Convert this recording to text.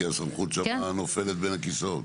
כי הסמכות נופלת בין הכיסאות.